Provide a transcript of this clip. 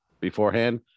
beforehand